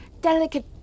delicate